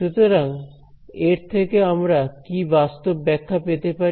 সুতরাং এর থেকে আমরা কি বাস্তব ব্যাখ্যা পেতে পারি